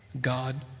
God